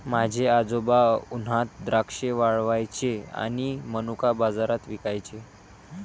माझे आजोबा उन्हात द्राक्षे वाळवायचे आणि मनुका बाजारात विकायचे